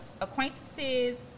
acquaintances